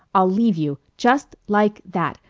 i'll leave you just like that!